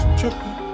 tripping